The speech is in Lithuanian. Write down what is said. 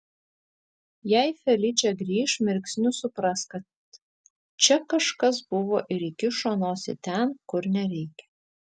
jei feličė grįš mirksniu supras kad čia kažkas buvo ir įkišo nosį ten kur nereikia